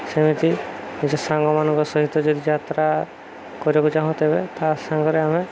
ସେମିତି ନିଜ ସାଙ୍ଗମାନଙ୍କ ସହିତ ଯଦି ଯାତ୍ରା କରିବାକୁ ଚାହୁଁ ତେବେ ତା' ସାଙ୍ଗରେ ଆମେ